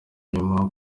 inyuma